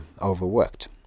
overworked